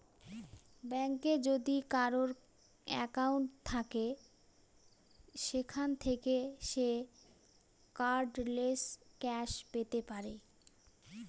ব্যাঙ্কে যদি কারোর একাউন্ট থাকে সেখান থাকে সে কার্ডলেস ক্যাশ পেতে পারে